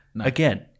Again